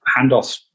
handoffs